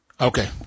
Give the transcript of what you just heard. Okay